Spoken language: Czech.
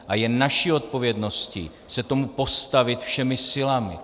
A je naší odpovědností se tomu postavit všemi silami.